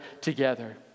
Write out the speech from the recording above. together